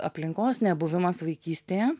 aplinkos nebuvimas vaikystėje